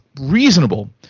reasonable